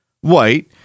white